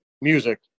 music